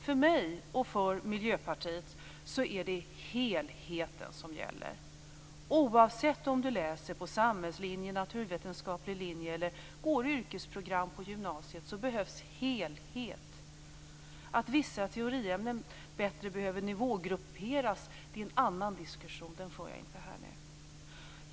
För mig och för Miljöpartiet är det helheten som gäller. Oavsett om du läser på samhällslinje, naturvetenskaplig linje eller går yrkesprogram på gymnasiet behövs helhet. Att vissa teoriämnen bättre behöver nivågrupperas är en annan diskussion, så den för jag inte här nu.